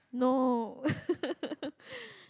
no